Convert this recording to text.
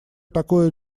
такое